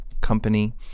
company